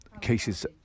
cases